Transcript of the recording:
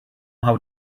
how